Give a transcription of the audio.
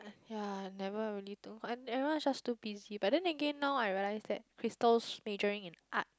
ya never already do I'm ever just too busy but in again now I realized that Chrystal majoring in art